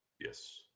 Yes